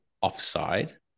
offside